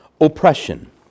oppression